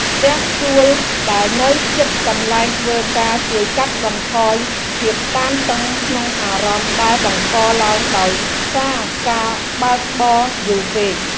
ផ្ទះជួលដែលនៅជិតកន្លែងធ្វើការជួយកាត់បន្ថយភាពតានតឹងក្នុងអារម្មណ៍ដែលបង្កឡើងដោយសារការបើកបរយូរពេក។